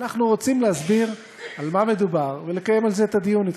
אנחנו רוצים להסביר על מה מדובר ולקיים על זה את הדיון אתכם.